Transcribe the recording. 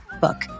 book